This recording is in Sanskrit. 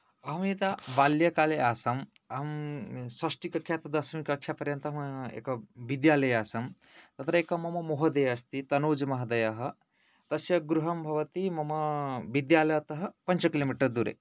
अहम् यदा बाल्यकाले आसम् अहं षष्ठीकक्षातः दशमकक्षा पर्यन्तम् एकविद्यालये आसं तत्र एकः मम महोदयः अस्ति तनूज् महादयः तस्य गृहं भवति मम विद्यालयतः पञ्च किलोमिटार् दूरे